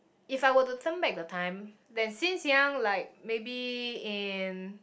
if I were to turn back the time then since young like maybe in